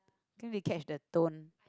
can't really catch the tone